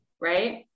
right